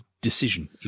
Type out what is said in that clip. decision